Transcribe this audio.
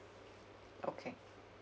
okay